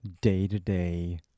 day-to-day